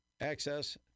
access